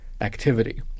activity